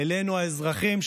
האזרחים,